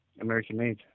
American-made